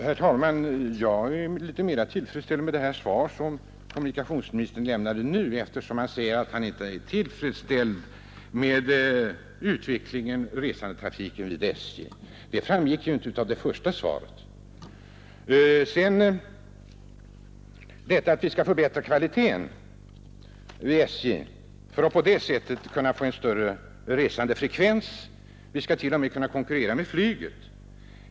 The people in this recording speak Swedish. Herr talman! Jag är litet mera tillfredsställd med det svar som kommunikationsministern nu lämnade, eftersom han säger att inte heller han är tillfredsställd med den utveckling resandefrekvensen vid SJ fått. Det framgick inte av det första svaret. Statsrådet antyder att vi skall söka förbättra kvaliteten vid SJ för att på det sättet kunna få en större resandefrekvens — vi skall t.o.m. kunna konkurrera med flyget.